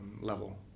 level